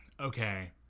okay